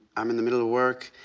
i'm in the middle of work,